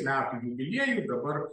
metų jubiliejui dabar